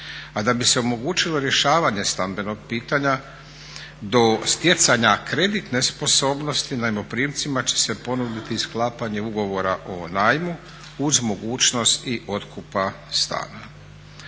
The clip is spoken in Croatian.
A da bi se omogućilo rješavanje stambenog pitanja do stjecanja kreditne sposobnosti najmoprimcima će se ponuditi sklapanje ugovora o najmu uz mogućnost i otkupa stana.